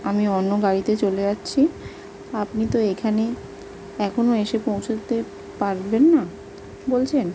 আমি অন্য গাড়িতে চলে যাচ্ছি আপনি তো এখানে এখনো এসে পৌঁছোতে পারবেন না বলছেন